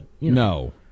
No